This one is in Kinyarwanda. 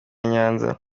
nyanza